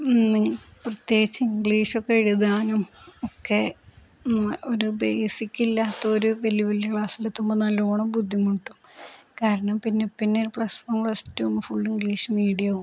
പ്രത്യേകിച്ച് ഇംഗ്ലീഷൊക്കെ എഴുതാനും ഒക്കെ ഒരു ബേസിക്കില്ലാത്തവര് വലിയ വലിയ ക്ലാസ്സിലെത്തുമ്പോള് നല്ലവണ്ണം ബുദ്ധിമുട്ടും കാരണം പിന്നെ പിന്നെ plus one plus two full English മീഡിയമാവും